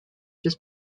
just